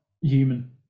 human